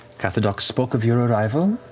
kathedoc spoke of your arrival,